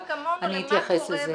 אני אתייחס לזה.